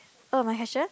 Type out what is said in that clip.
oh my question